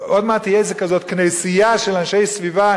עוד מעט זו תהיה כנסייה כזאת של אנשי סביבה,